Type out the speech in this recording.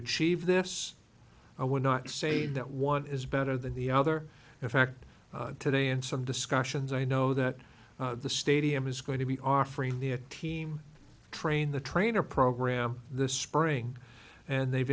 achieve this i would not say that one is better than the other in fact today in some discussions i know that the stadium is going to be offering the a team train the trainer program this spring and they've